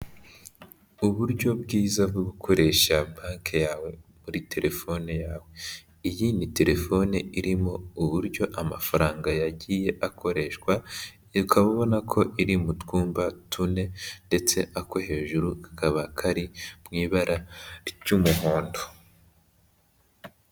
Uburyo bwiza bwo gukoresha banki yawe muri telefone yawe, iyi ni telefoni irimo uburyo amafaranga yagiye akoreshwa, ukaba ubona ko iri mu twumba tune, ndetse ako hejuru kakaba kari mu ibara ry'umuhondo.